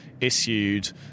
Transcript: issued